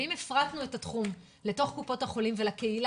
ואם הפרטנו את התחום לתוך קופות החולים ולקהילה,